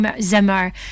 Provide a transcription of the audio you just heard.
Zimmer